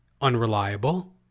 unreliable